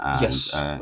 Yes